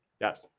Yes